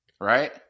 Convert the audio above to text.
right